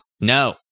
No